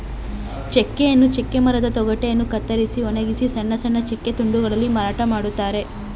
ಚೆಕ್ಕೆಯನ್ನು ಚೆಕ್ಕೆ ಮರದ ತೊಗಟೆಯನ್ನು ಕತ್ತರಿಸಿ ಒಣಗಿಸಿ ಸಣ್ಣ ಸಣ್ಣ ಚೆಕ್ಕೆ ತುಂಡುಗಳಲ್ಲಿ ಮಾರಾಟ ಮಾಡ್ತರೆ